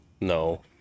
No